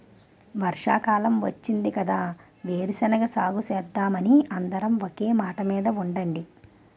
వర్షాకాలం వచ్చింది కదా వేరుశెనగ సాగుసేద్దామని అందరం ఒకే మాటమీద ఉండండి